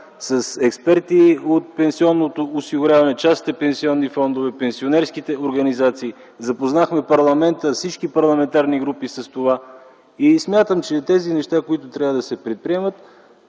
с експерти от пенсионното осигуряване, частните пенсионни фондове и пенсионерските организации. Запознахме в парламента всички парламентарни групи с това и смятам, че тези неща, които трябва да се предприемат,